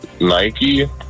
Nike